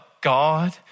God